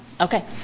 Okay